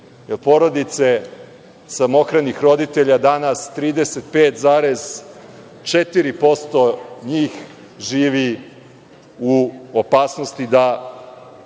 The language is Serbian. porodice samohranih roditelja danas 35,4% njih živi u opasnosti da